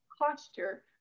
posture